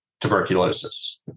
tuberculosis